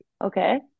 Okay